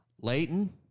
Leighton